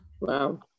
Wow